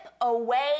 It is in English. away